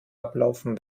ablaufen